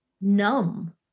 numb